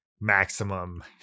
maximum